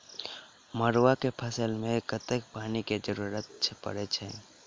मड़ुआ केँ फसल मे कतेक पानि केँ जरूरत परै छैय?